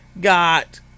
got